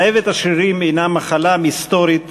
דאבת השרירים הנה מחלה מסתורית